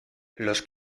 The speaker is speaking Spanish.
los